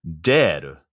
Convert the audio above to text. dead